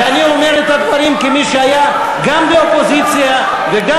ואני אומר את הדברים כמי שהיה גם באופוזיציה וגם